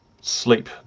sleep